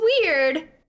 weird